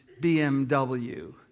BMW